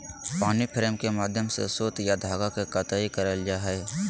पानी फ्रेम के माध्यम से सूत या धागा के कताई करल जा हय